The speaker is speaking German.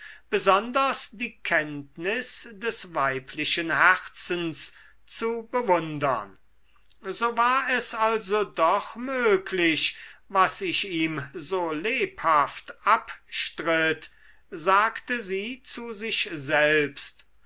besonders die kenntnis des weiblichen herzens zu bewundern so war es also doch möglich was ich ihm so lebhaft abstritt sagte sie zu sich selbst